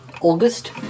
August